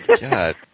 God